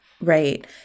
Right